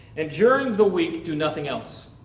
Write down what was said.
and during the week do nothing else.